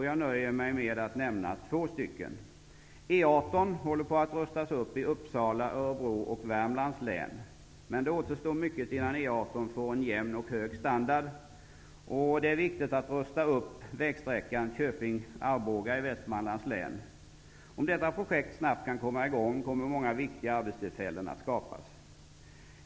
Jag nöjer mig med att nämna två stycken. E 18 rustas upp i Uppsala, Örebro och Värmlands län, men det återstår mycket innan E 18 får en jämn och hög standard. Det är viktigt att rusta upp vägsträckan Köping--Arboga i Västmanlands län. Om detta projekt snabbt kan komma i gång, kommer många viktiga arbetstillfällen att skapas.